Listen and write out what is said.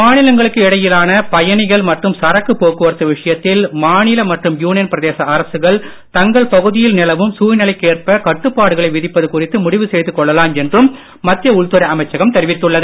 மாநிலங்களுக்கு இடையிலான பயணிகள் மற்றும் சரக்கு போக்குவரத்து விஷயத்தில் மாநில மற்றும் யூனியன் பிரதேச அரசுகள் தங்கள் பகுதியில் நிலவும் சூழ்நிலைக்கேற்ப கட்டுப்பாடுகளை விதிப்பது குறித்து முடிவு செய்து கொள்ளலாம் என்றும் மத்திய உள்துறை அமைச்சகம் தெரிவித்துள்ளது